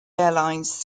airlines